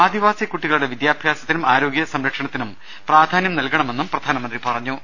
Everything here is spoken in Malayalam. ആദിവാസി കുട്ടികളുടെ വിദ്യാ ഭ്യാസത്തിനും ആരോഗ്യസംരക്ഷണത്തിനും പ്രാധാന്യം നൽകണമെന്ന് പ്രധാനമന്ത്രി പറഞ്ഞു